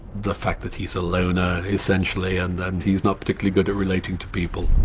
the fact that he's loner essentially and and he's not particularly good at relating to people.